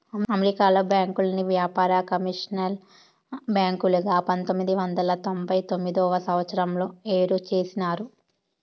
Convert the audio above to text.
అమెరికాలో బ్యాంకుల్ని వ్యాపార, కమర్షియల్ బ్యాంకులుగా పంతొమ్మిది వందల తొంభై తొమ్మిదవ సంవచ్చరంలో ఏరు చేసినారు